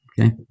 Okay